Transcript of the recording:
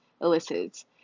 elicits